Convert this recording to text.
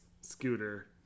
scooter